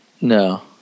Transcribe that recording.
No